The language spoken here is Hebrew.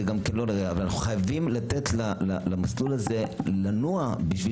אנחנו חייבים לתת למסלול הזה לנוע כדי